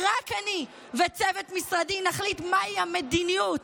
רק אני וצוות משרדי נחליט מהי המדיניות.